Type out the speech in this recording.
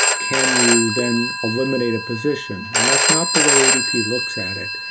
can you then eliminate a position? and that's not the way adp looks at it.